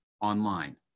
online